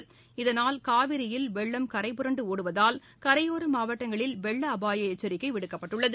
இகனால் காவிரியில் வெள்ளம் கரைபுரண்டுஒடுவதால் கரையோரமாவட்டங்களில் வெள்ளஅபாயஎச்சரிக்கைவிடுக்கப்பட்டுள்ளது